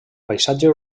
paisatge